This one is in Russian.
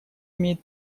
имеет